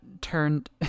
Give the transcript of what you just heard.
turned